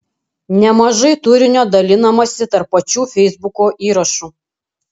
nemažai turinio dalinamasi tarp pačių feisbuko įrašų